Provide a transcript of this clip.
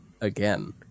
again